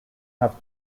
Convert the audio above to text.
have